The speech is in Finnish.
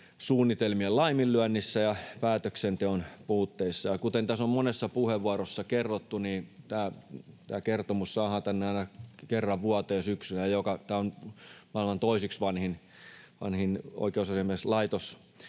suunnitelmien laiminlyönneissä ja päätöksenteon puutteissa. Ja kuten tässä on monessa puheenvuorossa kerrottu, niin tämä kertomus saadaan tänne aina kerran vuoteen syksyllä ja tämä on maailman toiseksi vanhin oikeusasiamieslaitos